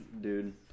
Dude